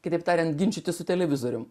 kitaip tariant ginčytis su televizoriumi